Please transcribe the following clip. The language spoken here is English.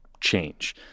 change